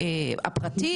מהביטוח הפרטי,